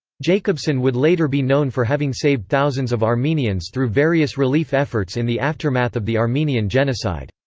jacobsen would later be known for having saved thousands of armenians through various relief efforts in the aftermath of the armenian genocide.